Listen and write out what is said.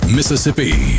Mississippi